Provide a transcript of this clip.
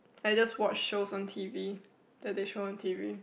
I just watch shows on t_v that they show on t_v